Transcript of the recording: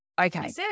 okay